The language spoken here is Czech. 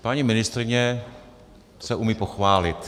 Paní ministryně se umí pochválit.